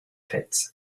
pits